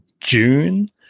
june